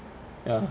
ya